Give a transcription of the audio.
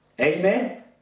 Amen